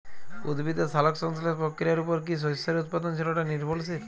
উদ্ভিদের সালোক সংশ্লেষ প্রক্রিয়ার উপর কী শস্যের উৎপাদনশীলতা নির্ভরশীল?